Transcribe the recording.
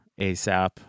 ASAP